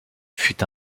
fût